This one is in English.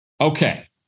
Okay